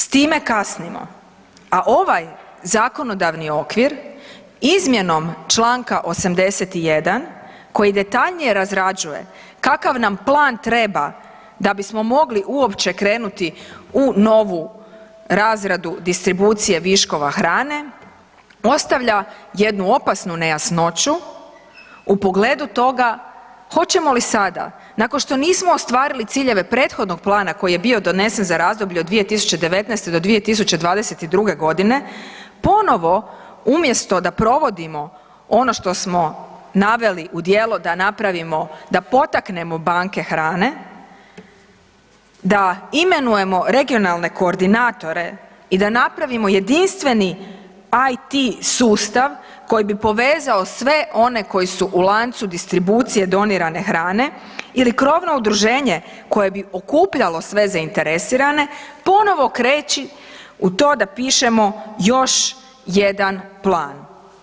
S time kasnimo, a ovaj zakonodavni okvir izmjenom Članka 81. koji detaljnije razrađuje kakav nam plan treba da bismo mogli uopće krenuti u novu razradu distribucije viškova hrane ostavlja jednu opasnu nejasnoću u pogledu toga hoćemo li sada nakon što nismo ostvarili ciljeve prethodnog plana koji je bio donesen za razdoblje od 2019. do 2022. godine ponovo umjesto da provodimo ono što smo naveli u djelo da napravimo, da potaknemo banke hrane, da imenujemo regionalne koordinatore i da napravimo jedinstveni IT sustav koji bi povezao sve one koji su u lancu distribucije donirane hrane ili krovno udruženje koje bi okupljalo sve zainteresirane ponovo kreći u to da pišemo još jedan plan.